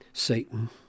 Satan